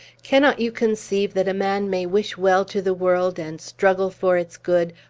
cannot you conceive that a man may wish well to the world, and struggle for its good,